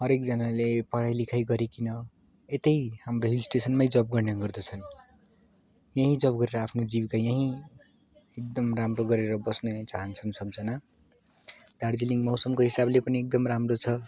हरेकजनाले पढाइ लेखाइ गरिकन यतै हाम्रो हिल स्टेसनमै जब गर्ने गर्दछन् यहीँ जब गरेर आफ्नो जीविका यहीँ एकदम राम्रो गरेर बस्न चाहन्छन् सबजना दार्जिलिङ मौसमको हिसाबले पनि एकदम राम्रो छ